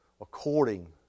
according